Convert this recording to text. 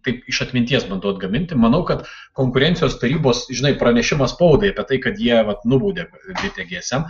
taip iš atminties bandau gaminti manau kad konkurencijos tarybos žinai pranešimą spaudai apie tai kad jie vat nubaudė bitę gie es em